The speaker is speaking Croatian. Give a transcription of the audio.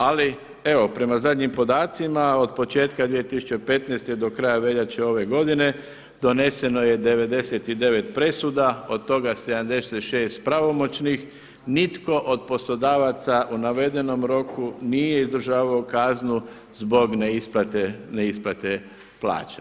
Ali evo, prema zadnjim podacima od početka 2015. do kraja veljače ove godine, doneseno je 99 presuda, od toga 76 pravomoćnih, nitko od poslodavaca u navedenom roku nije izdržavao kaznu zbog neisplate plaća.